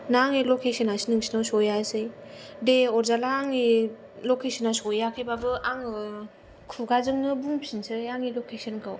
ना आंनि लकेसनासो नोंसिनाव सहैयासै दे अरजाला आंनि लकेसना सहैयाखैब्लाबो आङो खुगाजोंनो बुंफिननोसै आंनि लकेसनखौ